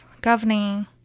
governing